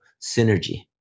synergy